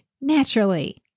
naturally